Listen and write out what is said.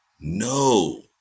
No